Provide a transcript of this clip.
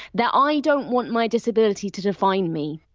that i don't want my disability to define me.